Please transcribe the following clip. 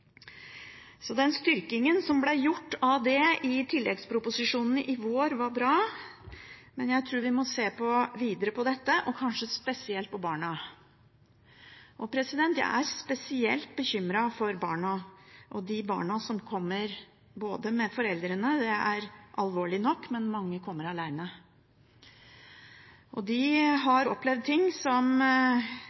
i tilleggsproposisjonen i vår, var bra, men jeg tror vi må se videre på dette – og kanskje spesielt på barna. Jeg er spesielt bekymret for barna. Noen kommer med foreldrene – det er alvorlig nok – men mange kommer alene. De har opplevd ting som